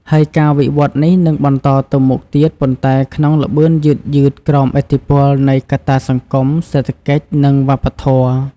ហើយការវិវត្តន៍នេះនឹងបន្តទៅមុខទៀត ប៉ុន្តែក្នុងល្បឿនយឺតៗ ក្រោមឥទ្ធិពលនៃកត្តាសង្គម សេដ្ឋកិច្ច និងវប្បធម៌។